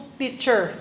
teacher